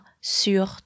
sur